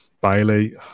Bailey